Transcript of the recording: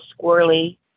squirrely